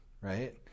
right